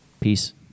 peace